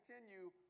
continue